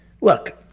look